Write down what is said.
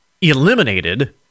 eliminated